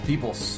People